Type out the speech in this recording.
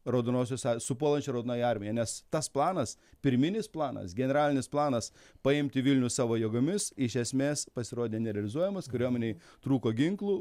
raudonosios su puolančia raudonąja armija nes tas planas pirminis planas generalinis planas paimti vilnių savo jėgomis iš esmės pasirodė nerealizuojamas kariuomenei trūko ginklų